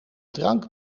drank